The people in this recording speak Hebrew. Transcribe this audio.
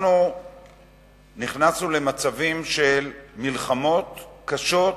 אנחנו נכנסנו למצבים של מלחמות קשות,